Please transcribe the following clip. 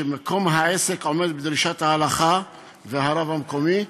שמקום העסק עומד בדרישת ההלכה והרב המקומי,